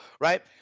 right